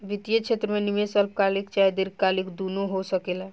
वित्तीय क्षेत्र में निवेश अल्पकालिक चाहे दीर्घकालिक दुनु हो सकेला